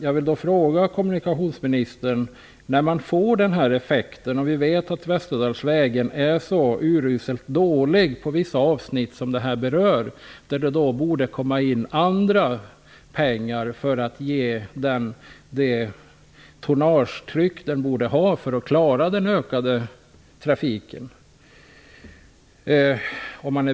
Jag vill då fråga kommunikationsministern: När detta blir effekten och vi vet att Västerdalsvägen är så uruselt dålig på vissa avsnitt som här berörs, är man då beredd att satsa pengar för att vägen skall klara ett högre tonnagetryck och den ökade trafiken?